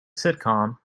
sitcom